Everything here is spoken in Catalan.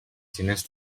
xinès